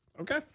Okay